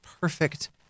perfect